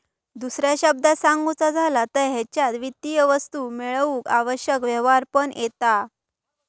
दुसऱ्या शब्दांत सांगुचा झाला तर हेच्यात वित्तीय वस्तू मेळवूक आवश्यक व्यवहार पण येता